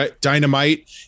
Dynamite